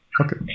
Okay